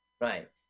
Right